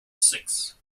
six